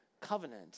covenant